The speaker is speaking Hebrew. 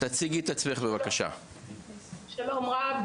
שלום רב,